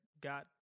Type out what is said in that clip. got